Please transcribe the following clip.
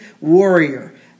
warrior